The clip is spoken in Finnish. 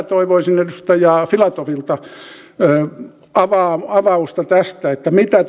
toivoisin edustaja filatovilta avausta tästä mitä